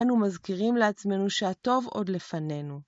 אנו מזכירים לעצמנו שהטוב עוד לפנינו.